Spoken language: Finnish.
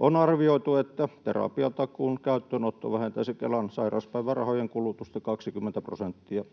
On arvioitu, että terapiatakuun käyttöönotto vähentäisi Kelan sairauspäivärahojen kulutusta 20 prosenttia